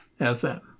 FM